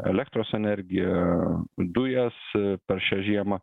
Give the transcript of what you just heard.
elektros energiją dujas per šią žiemą